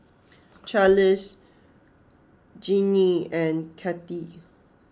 Charlize Jinnie and Cathy